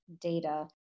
data